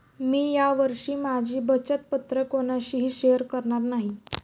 मी या वर्षी माझी बचत पत्र कोणाशीही शेअर करणार नाही